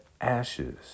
ashes